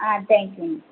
ah thank you